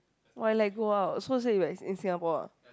why let go out so in Singapore ah